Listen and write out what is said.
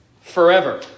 forever